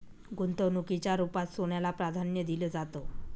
गुंतवणुकीच्या रुपात सोन्याला प्राधान्य दिलं जातं